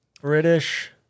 British